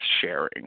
sharing